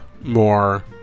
more